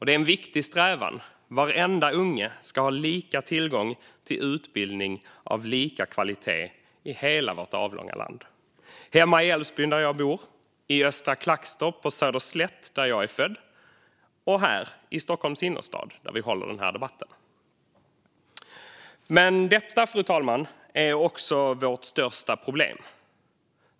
Det är en viktig strävan: Varenda unge ska ha lika tillgång till utbildning av lika kvalitet i hela vårt avlånga land - hemma i Älvsbyn där jag bor, i Östra Klagstorp på Söderslätt där jag är född och här i Stockholms innerstad där vi håller den här debatten. Fru talman! Detta är också vårt största problem.